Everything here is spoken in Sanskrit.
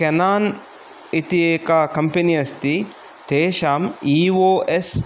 केनोन् इत् एका कम्पनी अस्ति तेषाम् ई ओ एस्